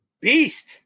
beast